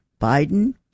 Biden